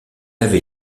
avait